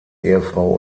ehefrau